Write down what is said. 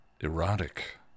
erotic